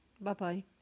Bye-bye